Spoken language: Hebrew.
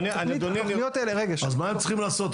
התכנית --- אז מה הם צריכים לעשות?